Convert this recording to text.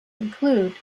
include